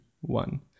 one